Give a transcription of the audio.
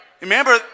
Remember